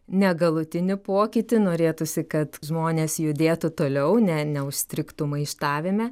ne galutinį pokytį norėtųsi kad žmonės judėtų toliau ne neužstrigtų maištavime